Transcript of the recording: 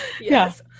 Yes